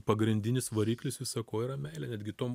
pagrindinis variklis visa ko yra meilė netgi tom